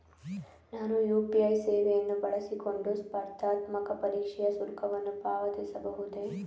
ನಾನು ಯು.ಪಿ.ಐ ಸೇವೆಯನ್ನು ಬಳಸಿಕೊಂಡು ಸ್ಪರ್ಧಾತ್ಮಕ ಪರೀಕ್ಷೆಯ ಶುಲ್ಕವನ್ನು ಪಾವತಿಸಬಹುದೇ?